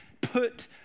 put